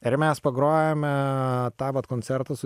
ir mes pagrojome tą vat koncertą su